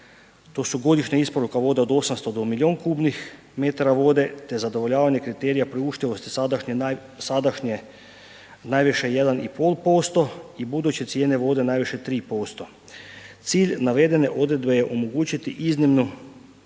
to su godišnja isporuka vode od 800 do milijun m3 vode te zadovoljavanja kriterija priuštivosti sadašnje najviše 1,5% i budući cijene vode najviše 3%. Cilj navedene odredbe je omogućiti iznimnu